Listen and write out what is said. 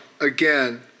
again